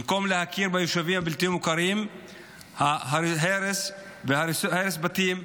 במקום להכיר ביישובים הבלתי-מוכרים, הרס בתים.